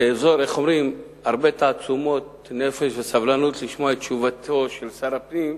תאזור הרבה תעצומות נפש וסבלנות לשמוע את תשובתו של שר הפנים,